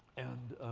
and